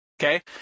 Okay